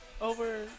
over